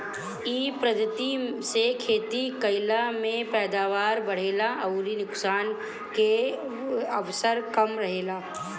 इ पद्धति से खेती कईला में पैदावार बढ़ेला अउरी नुकसान के अवसर कम रहेला